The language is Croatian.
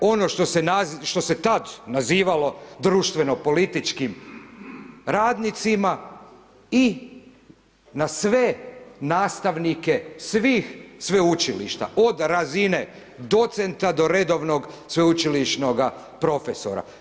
Ono što se tada nazivalo društveno-političkim radnicima i na sve nastavnike svih sveučilišta od razine docenta do redovnog sveučilišnoga profesora.